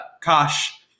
Kosh